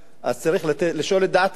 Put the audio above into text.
צריך לשאול את דעתם,